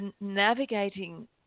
navigating